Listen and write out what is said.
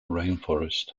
rainforest